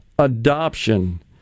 Adoption